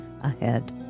ahead